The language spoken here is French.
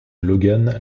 logan